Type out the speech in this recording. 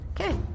Okay